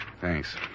Thanks